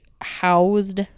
housed